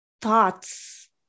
thoughts